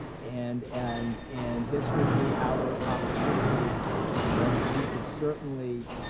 and and and this would be our opportunity and we could certainly